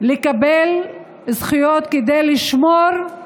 לקבל זכויות כדי לשמור על